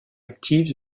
actif